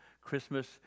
Christmas